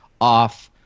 off